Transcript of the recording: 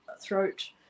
throat